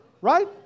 Right